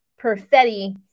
Perfetti